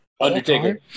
Undertaker